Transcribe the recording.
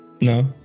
No